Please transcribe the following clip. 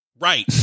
Right